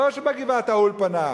לא בגבעת-האולפנה,